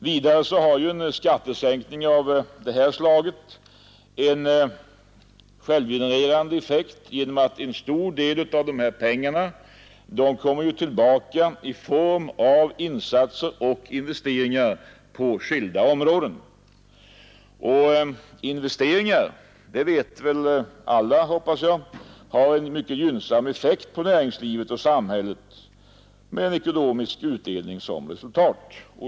Vidare har en skattesänkning av detta slag en självgenererande effekt genom att en stor del av de här pengarna kommer tillbaka i form av insatser och investeringar på skilda områden. Investeringarna har ju — det vet alla, hoppas jag — en mycket gynnsam effekt på näringslivet och samhället med ekonomisk utveckling som resultat.